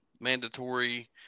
mandatory